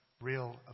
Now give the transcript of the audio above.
real